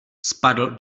spadl